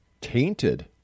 tainted